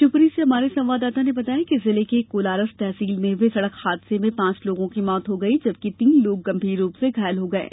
शिवपुरी से हमारे संवाददाता ने बताया है कि जिले के कोलारस तहसील में हए सड़क हादसे में पांच लोगों की मौत हो गई जबकि तीन लोग गंभीर रूप से घायल हो गये